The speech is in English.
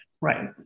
right